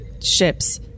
ships